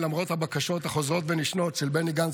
למרות הבקשות החוזרות ונשנות של בני גנץ